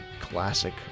classic